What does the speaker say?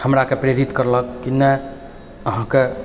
हमराके प्रेरित करलक की नहि अहाँके